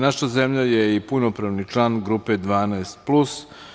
Naša zemlja je i punopravni član Grupe „12 plus“